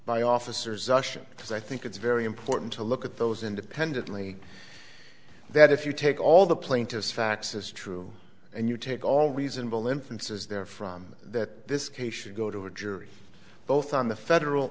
by officers russian because i think it's very important to look at those independently that if you take all the plaintiff's facts as true and you take all reasonable inferences there from that this case should go to a jury both on the federal